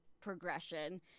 progression